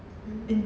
mmhmm